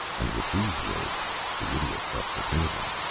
and with these words the idiot left the table.